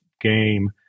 game